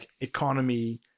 economy